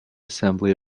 assembly